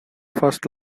first